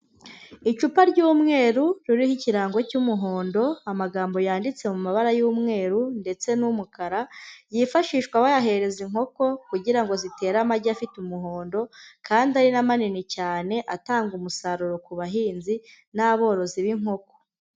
Icupa ry'umweru ririho ikirango cy'umuhondo, amagambo yanditse mu mabara y'umweru ndetse n'umukara yifashishwa bayahereza inkoko kugira ngo zitere amagi afite umuhondo, kandi ari na manini cyane atanga umusaruro ku bahinzi n'aborozi b'inkoko.